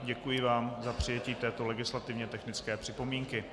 Děkuji vám za přijetí této legislativně technické připomínky.